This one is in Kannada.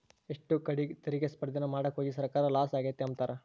ಎಷ್ಟೋ ಕಡೀಗ್ ತೆರಿಗೆ ಸ್ಪರ್ದೇನ ಮಾಡಾಕೋಗಿ ಸರ್ಕಾರ ಲಾಸ ಆಗೆತೆ ಅಂಬ್ತಾರ